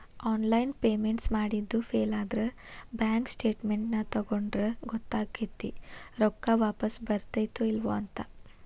online payments ಮಾಡಿದ್ದು ಫೇಲಾದ್ರ bank statements ತಕ್ಕೊಂಡ್ರ ಗೊತ್ತಕೈತಿ ರೊಕ್ಕಾ ವಾಪಸ್ ಬಂದೈತ್ತೋ ಇಲ್ಲೋ ಅಂತ